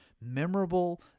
memorable